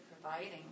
providing